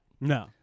No